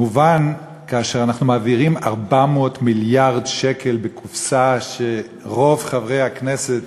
מובן כאשר אנחנו מעבירים 400 מיליארד שקל בקופסה שרוב חברי הכנסת,